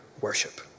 worship